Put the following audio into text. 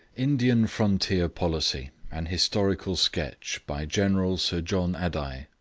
indian frontier policy an historical sketch by general sir john adye,